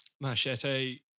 Machete